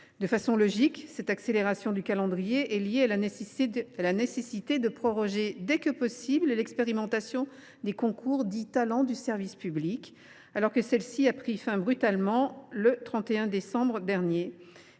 De façon logique, cette accélération du calendrier est liée à la nécessité de proroger dès que possible l’expérimentation des concours du plan Talents du service public, alors que celle ci a pris fin brutalement le 31 décembre dernier.